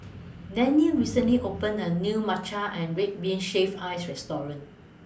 Danniel recently opened A New Matcha Red Bean Shaved Ice Restaurant